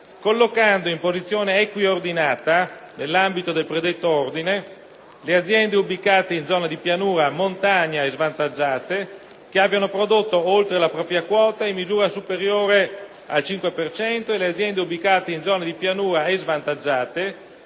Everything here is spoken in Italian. collocando in posizione equiordinata, nell'ambito del predetto ordine, le aziende ubicate in zone di pianura, montagna e svantaggiate che abbiano prodotto oltre la propria quota in misura superiore al cinque per cento, e le aziende ubicate in zone di pianura e svantaggiate